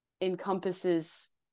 encompasses